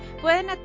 pueden